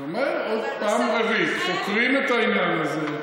אני אומר פעם רביעית: חוקרים את העניין הזה.